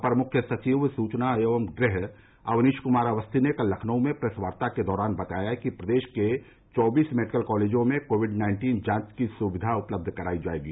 अपर मुख्य सचिव सुचना एवं गृह अवनीश कुमार अवस्थी ने कल लखनऊ में प्रेसवार्ता के दौरान बताया कि प्रदेश के चौबीस मेडिकल कॉलेजों में कोविड नाइन्टीन की जांच की सुविधा उपलब्ध कराई जायेगी